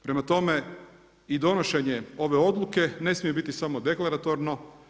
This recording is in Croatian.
Prema tome i donošenje ove odluke ne smije biti samo deklaratorno.